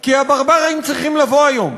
/ כי הברברים צריכים לבוא היום.